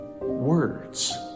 words